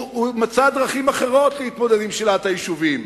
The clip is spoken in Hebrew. הוא מצא דרכים אחרות להתמודד עם שאלת היישובים,